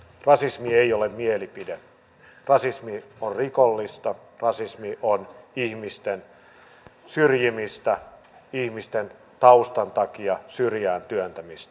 rasismi ei ole mielipide rasismi on rikollista rasismi on ihmisten syrjimistä ihmisten taustan takia syrjään työntämistä